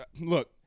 look